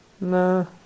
No